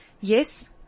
Yes